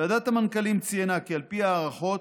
ועדת המנכ"לים ציינה כי על פי ההערכות,